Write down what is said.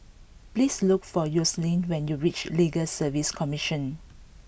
please look for Yoselin when you reach Legal Service Commission